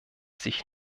sich